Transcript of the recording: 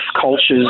cultures